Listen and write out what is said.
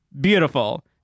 Beautiful